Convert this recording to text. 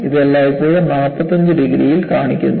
ഇത് എല്ലായ്പ്പോഴും 45 ഡിഗ്രിയിൽ കാണിക്കുന്നു